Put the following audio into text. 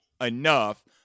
enough